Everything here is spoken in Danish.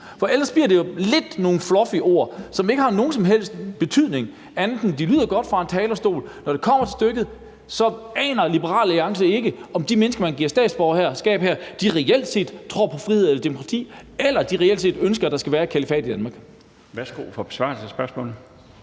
For ellers bliver det jo lidt nogle fluffy ord, som ikke har nogen som helst betydning, andet end at de lyder godt fra en talerstol. Men når det kommer til stykket, aner Liberal Alliance ikke, om de mennesker, man giver statsborgerskab her, reelt set tror på frihed eller demokrati, eller om de reelt set ønsker, at der skal være et kalifat i Danmark. Kl. 11:50 Den fg. formand